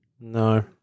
No